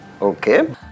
Okay